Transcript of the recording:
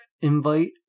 invite